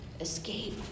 escape